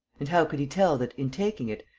and how could he tell that, in taking it,